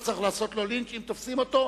לא צריך לעשות לו לינץ' אם תופסים אותו,